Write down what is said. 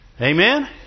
Amen